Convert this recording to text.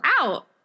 out